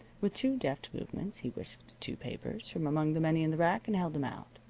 with two deft movements he whisked two papers from among the many in the rack, and held them out.